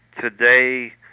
Today